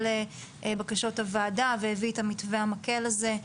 לבקשות הוועדה והביא את המתווה המקל הזה.